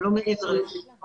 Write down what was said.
אבל לא מעבר לזה.